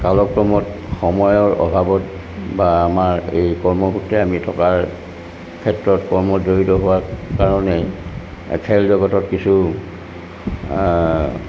কালক্ৰমত সময়ৰ অভাৱত বা আমাৰ এই কৰ্মসূত্ৰে আমি থকাৰ ক্ষেত্ৰত কৰ্মত জড়িত হোৱাৰ কাৰণে খেল জগতত কিছু